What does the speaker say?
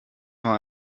war